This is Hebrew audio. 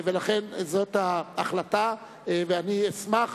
לכן, זו ההחלטה, ואני אשמח